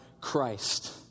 Christ